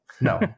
no